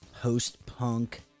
post-punk